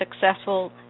successful